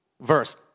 verse